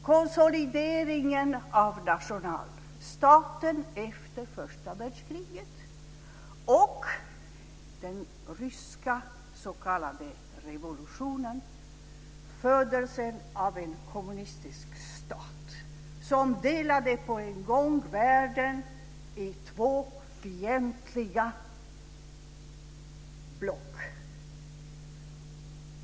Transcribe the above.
Konsolideringen av nationalstaten efter första världskriget och den ryska s.k. revolutionen, födelsen av en kommunistisk stat som på en gång delade världen i två fientliga block.